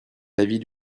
l’avis